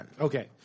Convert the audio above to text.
Okay